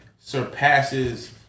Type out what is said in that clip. surpasses